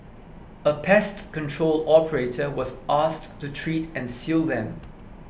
a pest control operator was asked to treat and seal them